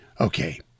Okay